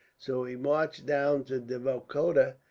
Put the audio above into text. so he marched down to devikota,